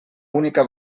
única